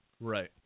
Right